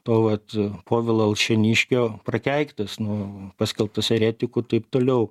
to vat povilo alšėniškio prakeiktas nu paskelbtas eretiku taip toliau